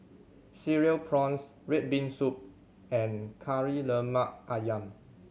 Cereal Prawns red bean soup and Kari Lemak Ayam